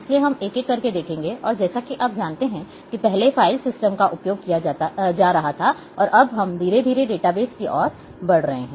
इसलिए हम एक एक करके देखेंगे और जैसा कि आप जानते हैं कि पहले फाइल सिस्टम का उपयोग किया जा रहा था और अब हम धीरे धीरे डेटाबेस की ओर बढ़ रहे हैं